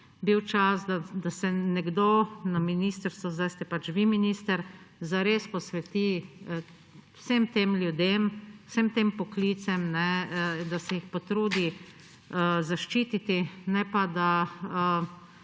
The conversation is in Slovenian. bil čas, da se nekdo na ministrstvu, zdaj ste pač vi minister, zares posveti vsem tem ljudem, vsem tem poklicem, da se jih potrudi zaščititi, ne pa, da